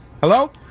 Hello